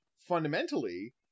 fundamentally